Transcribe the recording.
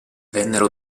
vennero